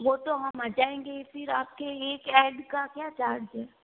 वो तो हम आ जाएंगे फिर आप के एक एड का क्या चार्ज है